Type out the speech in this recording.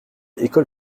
école